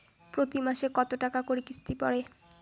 প্রতি মাসে কতো টাকা করি কিস্তি পরে?